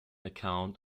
account